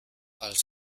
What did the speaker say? als